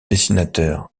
dessinateur